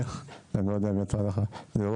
אני לא יודע אם יצא לך לראות,